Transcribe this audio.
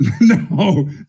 No